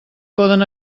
poden